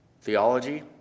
theology